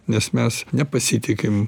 nes mes nepasitikim